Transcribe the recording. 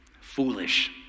foolish